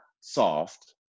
soft